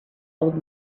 old